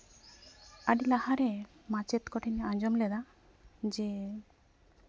ᱟᱹᱰᱤ ᱞᱟᱦᱟᱨᱮ ᱢᱟᱪᱮᱫ ᱠᱚᱴᱷᱮᱱ ᱟᱸᱡᱚᱢ ᱞᱮᱫᱟ ᱡᱮ